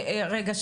רגע,